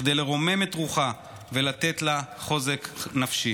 כדי לרומם את רוחה ולתת לה חוזק נפשי.